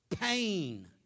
pain